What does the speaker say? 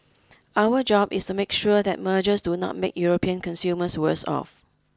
our job is to make sure that mergers do not make European consumers worse off